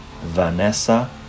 Vanessa